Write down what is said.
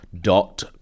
dot